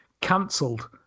cancelled